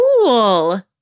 cool